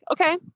okay